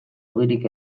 ogirik